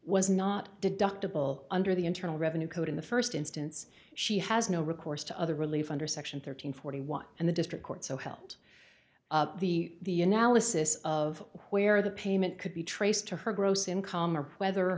was not deductible under the internal revenue code in the first instance she has no recourse to other relief under section thirteen forty one and the district court so held the nalla sis of where the payment could be traced to her gross income or whether